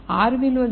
r విలువ 0